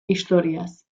historiaz